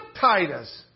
Titus